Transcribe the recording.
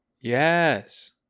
Yes